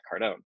Cardone